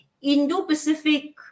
Indo-Pacific